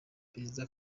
perezida